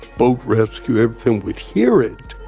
boat rescue, everything we'd hear it,